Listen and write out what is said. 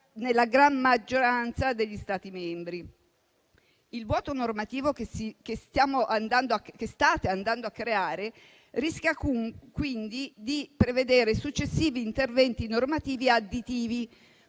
nella grande maggioranza degli Stati membri. Il vuoto normativo che state andando a creare rischia quindi di prevedere successivi interventi normativi additivi,